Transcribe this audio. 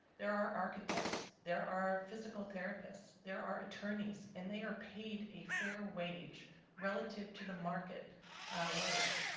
there are architects. there are physical therapists. there are attorneys. and they are paid a fair wage relative to the market wage.